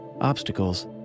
obstacles